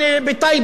באום-אל-פחם.